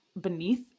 beneath